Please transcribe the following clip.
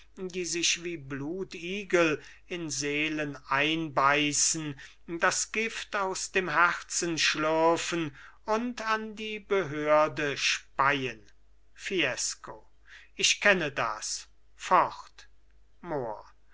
die sich wie blutigel in seelen einbeißen das gift aus dem herzen schlirfen und an die behörde speien fiesco ich kenne das fort mohr